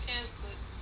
that's good